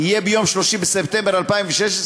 יהיה יום 30 בספטמבר 2016,